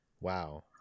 wow